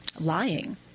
lying